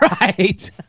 right